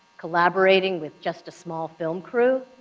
collaborating with just a small film crew,